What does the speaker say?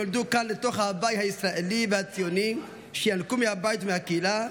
נולדו כאן לתוך הבית הישראלי והציוני שינקו מהבית והקהילה,